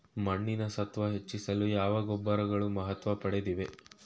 ಮಣ್ಣಿನ ಸತ್ವ ಹೆಚ್ಚಿಸಲು ಯಾವ ಗೊಬ್ಬರಗಳು ಮಹತ್ವ ಪಡೆದಿವೆ?